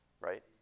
Right